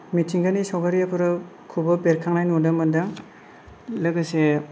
मिथिंगानि सावगारिफोरखौबो बेरखांनाय नुनो मोनदों लोगोसे